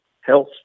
health